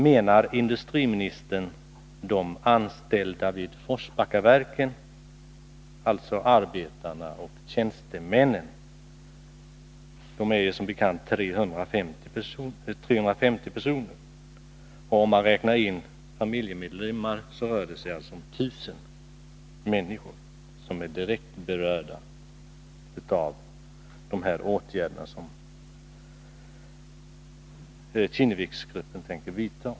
Menar industriministern de anställda vid Forsbackaverken, alltså arbetarna och tjänstemännen? Det är som bekant 350 personer, och om man räknar in familjemedlemmar rör det sig om ca 1 000 människor som är direkt berörda av de åtgärder som Kinneviksgruppen tänker vidta.